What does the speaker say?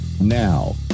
Now